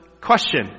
question